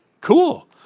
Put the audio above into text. cool